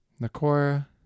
Nakora